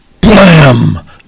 Blam